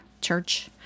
church